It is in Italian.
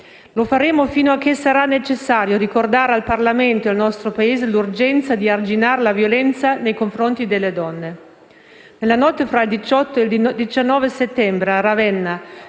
Lo faremo finché sarà necessario ricordare al Parlamento e al nostro Paese l'urgenza di arginare la violenza nei confronti delle donne.